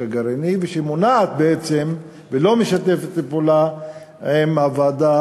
הגרעיני ושמונעת ולא משתפת פעולה עם הוועדה